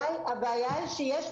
אתן